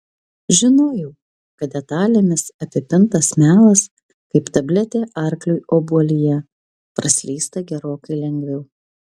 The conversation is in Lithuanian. žinojau kad detalėmis apipintas melas kaip tabletė arkliui obuolyje praslysta gerokai lengviau